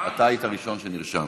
אתה היית הראשון שנרשם.